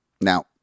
Now